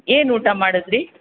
ಏನು ಊಟ ಮಾಡಿದ್ರಿ